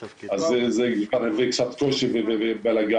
אז זה היווה קושי ובלגאן.